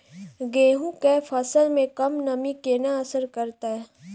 गेंहूँ केँ फसल मे कम नमी केना असर करतै?